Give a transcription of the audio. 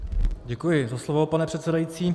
Děkuji za slovo, pane předsedající.